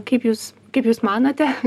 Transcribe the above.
kaip jūs kaip jūs manote